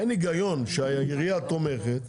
אין היגיון שהעירייה תומכת,